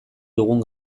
dugun